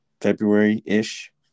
February-ish